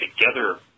together